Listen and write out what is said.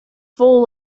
full